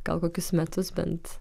gal kokius metus bent